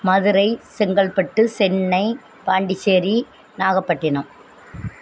Madurai Chengalpattu Chennai Pondicherry Nagapattinam